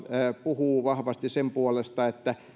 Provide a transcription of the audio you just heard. puhuu vahvasti sen puolesta että